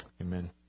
Amen